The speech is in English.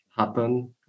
Happen